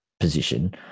position